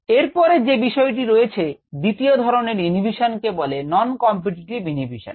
এরপরের যে বিষয়টি রয়েছে দ্বিতীয় ধরনের ইউনিভিশন কে বলে non competitive ইনহিবিশন